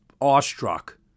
awestruck